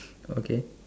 okay